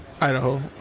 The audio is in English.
Idaho